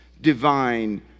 divine